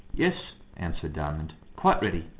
yes, answered diamond, quite ready.